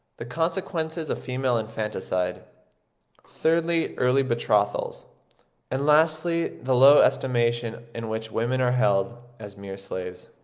the consequences of female infanticide thirdly, early betrothals and lastly, the low estimation in which women are held, as mere slaves.